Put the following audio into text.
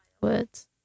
words